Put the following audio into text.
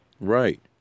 Right